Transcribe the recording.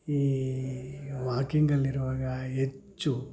ಈ ವಾಕಿಂಗಲ್ಲಿ ಇರುವಾಗ ಹೆಚ್ಚು